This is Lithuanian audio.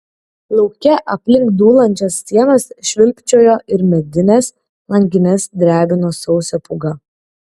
lauke aplink dūlančias sienas švilpčiojo ir medines langines drebino sausio pūga